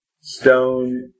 stone